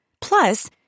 Plus